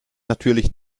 natürlich